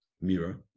mirror